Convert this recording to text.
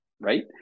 right